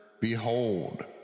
Behold